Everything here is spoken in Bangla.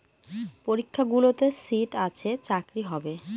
পরীক্ষাগুলোতে সিট আছে চাকরি হবে